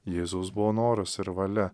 jėzaus buvo noras ir valia